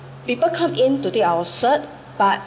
people come in to take our cert but